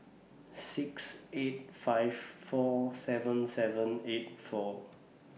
six eight five four seven seven eight four